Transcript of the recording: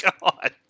God